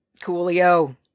coolio